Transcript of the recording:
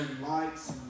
lights